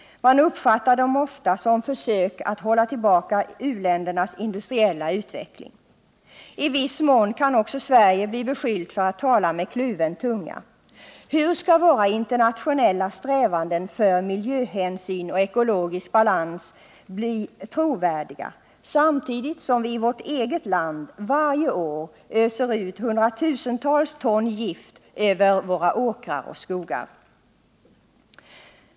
Man uppfattar ofta Nr 135 kraven som försök att hålla tillbaka u-ländernas industriella utveckling. I viss Onsdagen den mån kan också svenskarna bli beskyllda för att tala med kluven tunga. Hur 2 maj 1979 skall våra internationella strävanden för miljöhänsyn och ekologisk balans bli trovärdiga, då vi i vårt eget land varje år öser ut hundratusentals ton gift över våra åkrar och skogar?